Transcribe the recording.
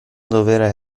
dovere